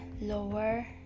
lower